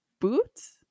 boots